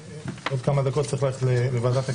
עוד כמה דקות אני צריך ללכת לוועדת הכנסת,